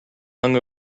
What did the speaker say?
hung